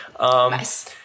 Nice